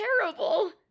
terrible